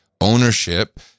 ownership